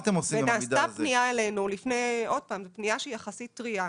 ונעשתה פניה אלינו, פניה שהיא יחסית טרייה,